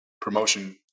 promotion